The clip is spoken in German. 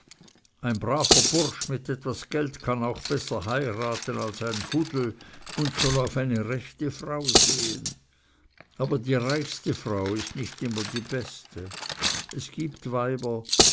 ein braver bursche mit etwas geld kann auch besser heiraten als ein hudel und soll auf eine rechte frau sehen aber die reichste frau ist nicht immer die beste es gibt weiber